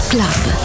Club